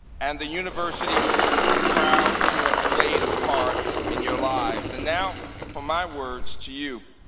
and the university will be proud to have played a part in your lives. and now for my words to you